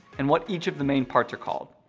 and what each of the main parts are called.